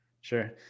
Sure